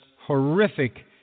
horrific